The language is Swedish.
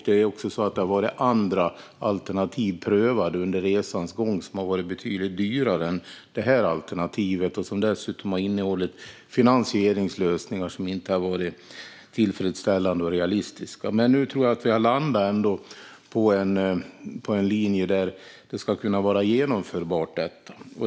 Det har också prövats andra alternativ under resans gång som har varit betydligt dyrare och som dessutom har innehållit finansieringslösningar som inte har varit tillfredsställande och realistiska. Nu tror jag ändå att vi har landat på en linje där det ska kunna vara genomförbart.